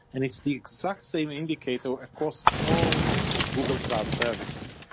and it's the exact same indicator across all of google cloud services.